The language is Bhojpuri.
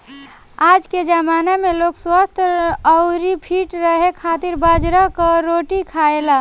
आजके जमाना में लोग स्वस्थ्य अउरी फिट रहे खातिर बाजरा कअ रोटी खाएला